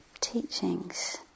teachings